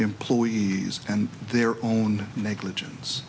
employees and their own negligence